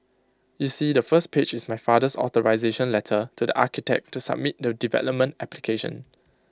you see the first page is my father's authorisation letter to the architect to submit the development application